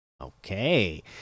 Okay